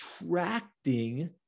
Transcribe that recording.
attracting